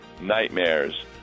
nightmares